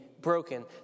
broken